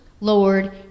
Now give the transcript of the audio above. Lord